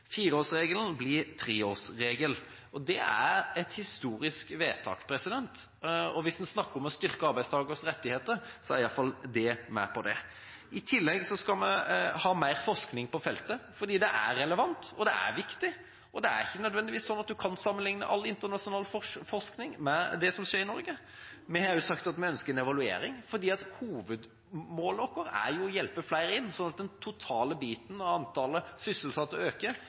Fireårsregelen blir treårsregel. Det er et historisk vedtak. Hvis en snakker om å styrke arbeidstakers rettigheter, er i alle fall dette med på det. I tillegg skal vi ha mer forskning på feltet fordi det er relevant, og det er viktig. Det er ikke nødvendigvis sånn at en kan sammenlikne all internasjonal forskning med det som skjer i Norge. Vi har også sagt at vi ønsker en evaluering fordi hovedmålet vårt er å hjelpe flere inn sånn at det totale antallet sysselsatte øker,